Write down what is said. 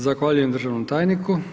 Zahvaljujem državnom tajniku.